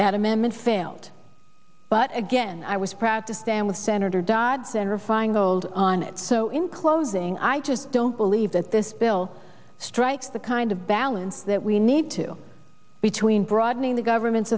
that amendment failed but again i was proud to stand with senator dodd senator feingold on it so in closing i just don't believe that this bill strikes the kind of balance that we need to between broadening the government's